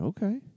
Okay